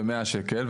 ב-100 שקל,